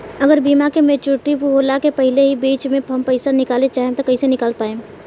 अगर बीमा के मेचूरिटि होला के पहिले ही बीच मे हम पईसा निकाले चाहेम त कइसे निकाल पायेम?